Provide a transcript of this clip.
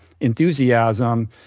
enthusiasm